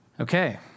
Okay